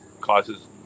causes